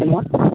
hello